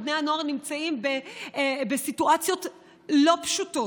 ובני הנוער נמצאים בסיטואציות לא פשוטות.